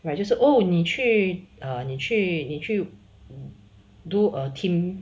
right 就是哦你去你去你去 do a team